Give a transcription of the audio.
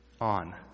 on